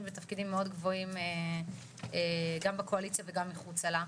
בתפקידים מאוד גבוהים גם בקואליציה וגם מחוצה לה.